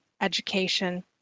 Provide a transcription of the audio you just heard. education